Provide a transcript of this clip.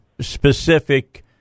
specific